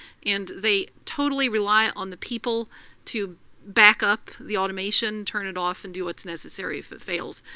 and they totally rely on the people to back up the automation, turn it off, and do what's necessary if it fails.